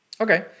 okay